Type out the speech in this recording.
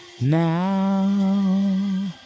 Now